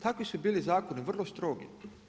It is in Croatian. Takvi su bili zakoni, vrlo strogi.